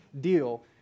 deal